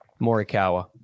Morikawa